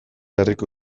herriko